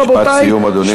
רבותי,